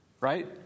right